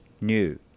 new